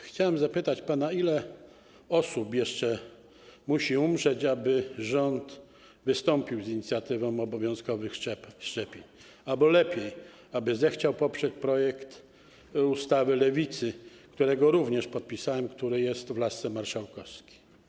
Chciałem pana zapytać, ile osób jeszcze musi umrzeć, aby rząd wystąpił z inicjatywą obowiązkowych szczepień albo lepiej: aby zechciał poprzeć projekt ustawy Lewicy, który również podpisałem, który wpłynął do laski marszałkowskiej.